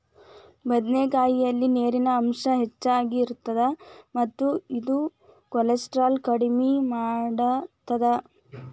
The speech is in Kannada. ಬದನೆಕಾಯಲ್ಲಿ ನೇರಿನ ಅಂಶ ಹೆಚ್ಚಗಿ ಇರುತ್ತ ಮತ್ತ ಇದು ಕೋಲೆಸ್ಟ್ರಾಲ್ ಕಡಿಮಿ ಮಾಡತ್ತದ